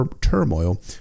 turmoil